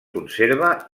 conserva